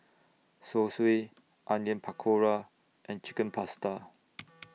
Zosui Onion Pakora and Chicken Pasta